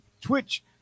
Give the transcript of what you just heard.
Twitch